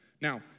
Now